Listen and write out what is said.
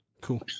Cool